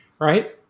right